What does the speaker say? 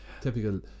typical